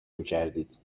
میکردید